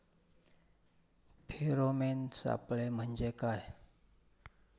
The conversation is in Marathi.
फेरोमेन सापळे म्हंजे काय?